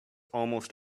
almost